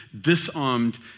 disarmed